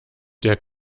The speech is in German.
der